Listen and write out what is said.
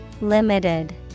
Limited